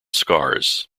scars